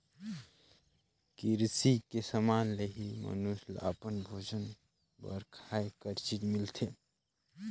किरसी के समान ले ही मइनसे ल अपन भोजन बर खाए कर चीज मिलथे